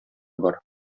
бар